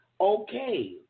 okay